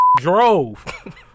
drove